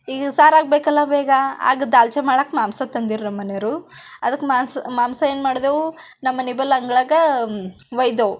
ಈಗ ಸಾರು ಆಗ್ಬೇಕಲ್ಲ ಬೇಗ ಆಗ ದಾಲ್ಚಿ ಮಾಡಕ್ಕೆ ಮಾಂಸ ತಂದಿದ್ರು ನಮ್ಮನೆಯವರು ಅದಕ್ಕೆ ಮಾನ್ಸ್ ಮಾಂಸ ಏನು ಮಾಡ್ದೇವು ನಮ್ಮನೆ ಬಲ ಅಂಗಳಗ ಒಯ್ದೆವು